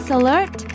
alert